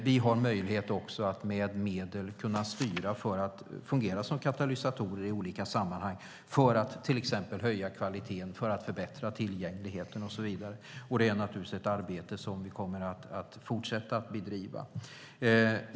Vi har också möjlighet att med medel styra för att fungera som katalysatorer i olika sammanhang för att till exempel höja kvaliteten, för att förbättra tillgängligheten och så vidare. Det är naturligtvis ett arbete som vi kommer att fortsätta att bedriva.